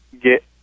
get